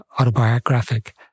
autobiographic